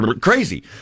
crazy